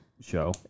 show